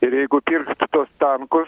ir jeigu pirks tankus